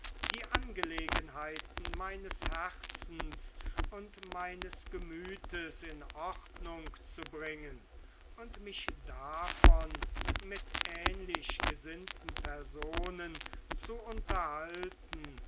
die angelegenheiten meines herzens und meines gemütes in ordnung zu bringen und mich davon mit ähnlich gesinnten personen zu unterhalten